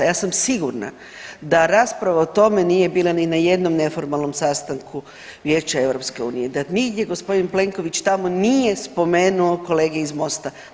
Ja sam sigurna da rasprava o tome nije bila ni na jednom neformalnom sastanku Vijeća EU, da nigdje gospodin Plenković tamo nije spomenuo kolege iz MOST-a.